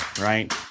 right